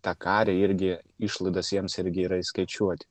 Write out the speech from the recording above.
tą karį irgi išlaidos jiems irgi yra įskaičiuoti